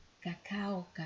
cacao